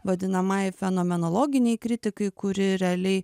vadinamajai fenomenologinei kritikai kuri realiai